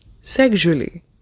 Sexually